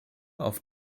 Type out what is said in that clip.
auf